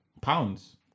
pounds